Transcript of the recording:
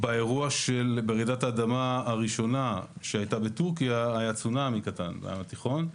ברעידת האדמה הראשונה שהייתה בטורקיה היה צונאמי קטן בים התיכון.